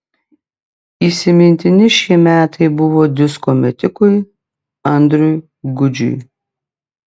įsimintini šie metai buvo disko metikui andriui gudžiui